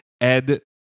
ed